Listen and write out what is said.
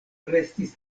restis